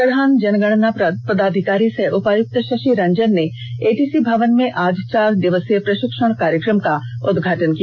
प्रधान जनगणना पदाधिकारी सह उपायुक्त शषि रंजन ने एटीसी भवन में आज चार दिवसीय प्रषिक्षण कार्यक्रम का उद्घाटन किया